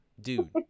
dude